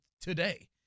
today